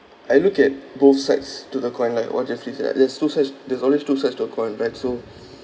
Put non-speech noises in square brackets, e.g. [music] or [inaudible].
I look at both sides to the coin like what jeffrey said ah there's two sides there's always two sides to a coin right so [noise]